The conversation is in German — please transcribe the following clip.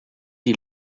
die